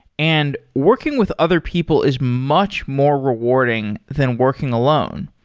and working with other people is much more rewarding than working alone.